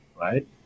right